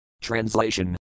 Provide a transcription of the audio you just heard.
Translation